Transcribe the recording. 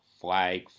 flag